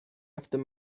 after